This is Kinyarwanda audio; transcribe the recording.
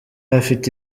afite